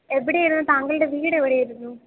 എവിടെ ആയിരുന്നു താങ്കളുടെ വീട് എവിടെ ആയിരുന്നു